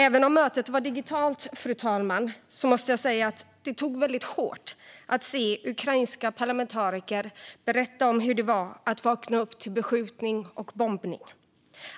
Även om mötet var digitalt, fru talman, måste jag säga att det tog väldigt hårt att höra ukrainska parlamentariker berätta om hur det var att vakna upp till beskjutning och bombning,